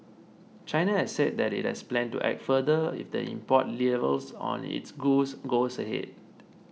China has said that it has a plan to act further if the import levies on its goods goes ahead